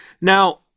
Now